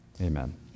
Amen